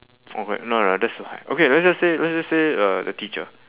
oh right no no no that's too high okay let's just say let's just say uh a teacher